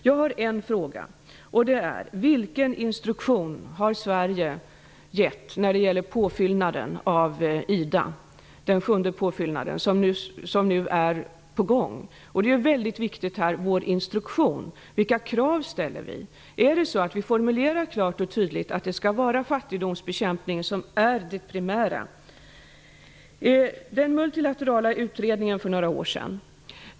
Jag har en fråga: Vilken instruktion har Sverige gett när det gäller påfyllnaden av IDA, den sjunde påfyllnad som nu är på gång? Vår instruktion är väldigt viktig. Vilka krav ställer vi? Formulerar vi klart och tydligt att fattigdomsbekämpningen är det primära? För några år sedan fanns det en multilateral utredning.